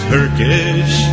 Turkish